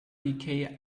decay